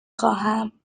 خواهم